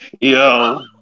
Yo